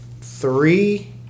Three